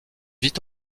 vit